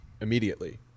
immediately